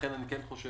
לכן אני כן חושב